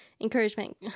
encouragement